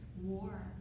war